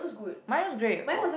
mine was great oh